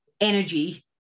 energy